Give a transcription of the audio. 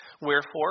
Wherefore